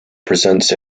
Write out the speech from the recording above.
presents